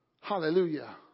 Hallelujah